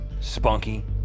spunky